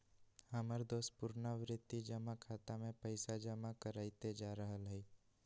हमर दोस पुरनावृति जमा खता में पइसा जमा करइते जा रहल हइ